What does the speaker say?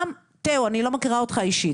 אני לא מכירה אותך אישית,